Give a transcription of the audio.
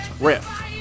riff